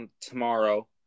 tomorrow